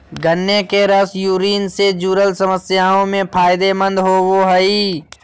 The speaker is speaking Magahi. गन्ने के रस यूरिन से जूरल समस्याओं में फायदे मंद होवो हइ